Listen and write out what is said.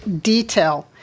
detail